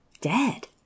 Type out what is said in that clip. Dead